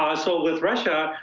um so with russia,